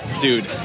Dude